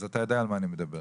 אז אתה יודע על מה אני מדבר.